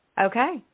Okay